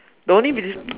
the only reason